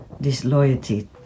disloyalty